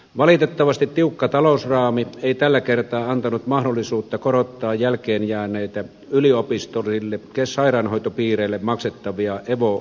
valitettavasti tiukka talousraami ei tällä kertaa antanut mahdollisuutta korottaa jälkeenjääneitä yliopistoille ja sairaanhoitopiireille maksettavia evo rahoitusosuuksia